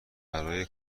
برای